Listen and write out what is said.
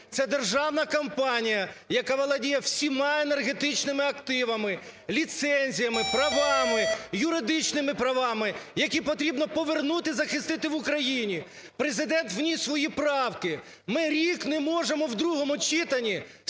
Це державна компанія, яка володіє всіма енергетичними активами, ліцензіями, правами, юридичними правами, які потрібно повернути і захистити в Україні. Президент вніс свої правки. Ми рік не можемо в другому читанні